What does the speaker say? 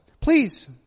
Please